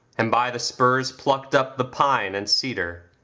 and by the spurs plucked up the pine and cedar.